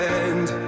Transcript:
end